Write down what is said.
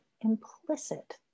implicit